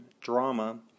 drama